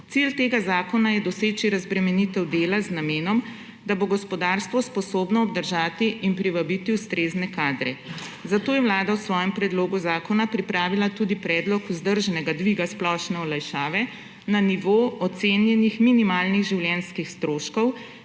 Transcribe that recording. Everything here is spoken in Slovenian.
Cilj tega zakona je doseči razbremenitev dela z namenom, da bo gospodarstvo sposobno obdržati in privabiti ustrezne kadre. Zato je Vlada v svojem predlogu zakona pripravila tudi predlog vzdržnega dviga splošne olajšave na nivo ocenjenih minimalnih življenjskih stroškov